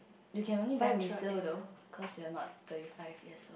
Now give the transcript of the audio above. you can only buy resale though cause you are not thirty five years